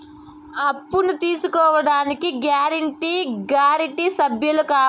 అప్పును తీసుకోడానికి guarantee, surety సభ్యులు కావాలా?